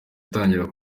itangira